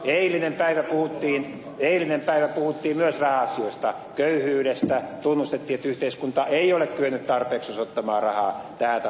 eilinen päivä puhuttiin myös raha asioista köyhyydestä tunnustettiin että yhteiskunta ei ole kyennyt tarpeeksi osoittamaan rahaa tähän tarkoitukseen